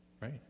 right